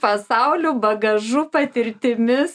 pasauliu bagažu patirtimis